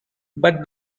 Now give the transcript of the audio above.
but